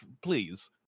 please